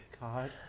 God